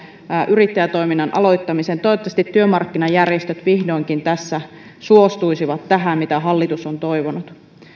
yrittäjätoiminnan aloittamiseen toivottavasti työmarkkinajärjestöt vihdoinkin suostuisivat tähän mitä hallitus on toivonut